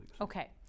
Okay